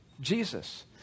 Jesus